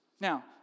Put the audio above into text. Now